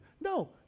No